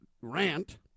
rant